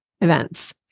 events